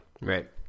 Right